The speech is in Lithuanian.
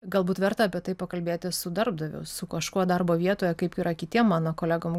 galbūt verta apie tai pakalbėti su darbdaviu su kažkuo darbo vietoje kaip yra kitiem mano kolegom